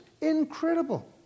Incredible